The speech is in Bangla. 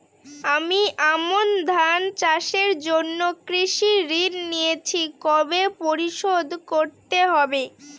আমি আমন ধান চাষের জন্য কৃষি ঋণ নিয়েছি কবে পরিশোধ করতে হবে?